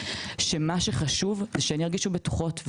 שחשוב שהן ירגישו בטוחות.